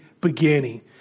beginning